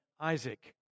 Isaac